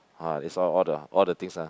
ah that's why all the all the things ah